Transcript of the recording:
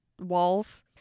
walls